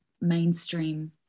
mainstream